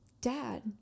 dad